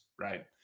right